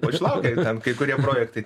išlaukė ten kai kurie projektai